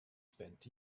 spent